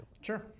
Sure